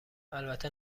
البته